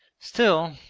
still,